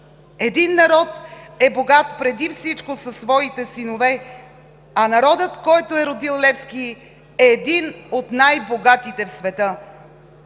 Един народ е богат преди всичко със своите синове, а народът, който е родил Левски, трябва да се счита за един от най-богатите в света“.